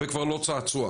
וכבר לא צעצוע.